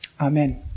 Amen